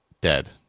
Dead